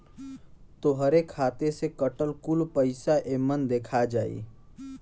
तोहरे खाते से कटल कुल पइसा एमन देखा जाई